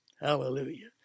Hallelujah